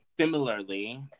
Similarly